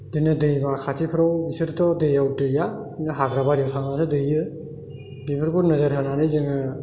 बिदिनो दैमा खाथिफोराव बिसोरथ' दैयाव दैया हाग्रा बारियाव थांनासो दैयो बेफोरखौ नोजोर होनानै जोङो